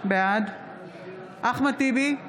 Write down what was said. בעד אחמד טיבי,